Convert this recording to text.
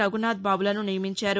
రఘునాధ్ బాబులను నియమించారు